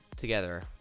together